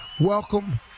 Welcome